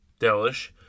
Delish